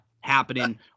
happening